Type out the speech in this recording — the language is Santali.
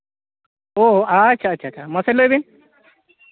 ᱚ ᱟᱪᱪᱷᱟ ᱟᱪᱪᱷᱟ ᱢᱟᱥᱮ ᱞᱟᱹᱭ ᱵᱤᱱ